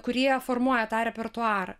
kurie formuoja tą repertuarą